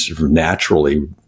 naturally